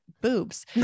boobs